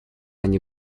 они